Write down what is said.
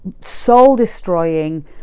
soul-destroying